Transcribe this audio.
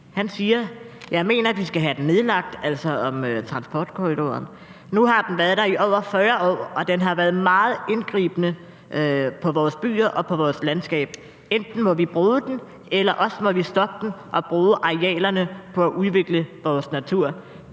Jeg mener, at vi skal have den nedlagt. Nu har den været der i over 40 år, og den har været meget indgribende i forhold til vores byer og vores landskab. Enten må vi bruge den, eller også må vi stoppe den og bruge arealerne på at udvikle vores natur.